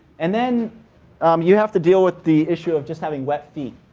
and then um you have to deal with the issue of just having wet feet.